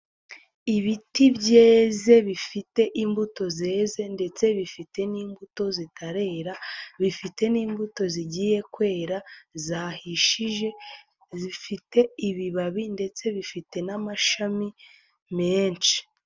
Ibiti byeze bifite imbuto zeze ndetse bifite n'imbuto zitarera, bifite n'imbuto zigiye kwera, zahishije, zifite ibibabi ndetse bifite n'amashami menshi.